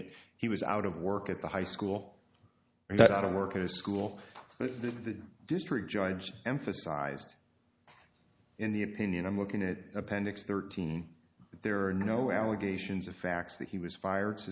that he was out of work at the high school that i don't work at a school district judge emphasized in the opinion i'm looking at appendix thirteen there are no allegations of facts that he was fired